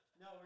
No